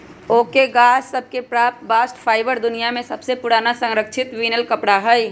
oak के गाछ सभ से प्राप्त बास्ट फाइबर दुनिया में सबसे पुरान संरक्षित बिनल कपड़ा हइ